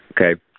okay